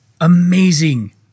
amazing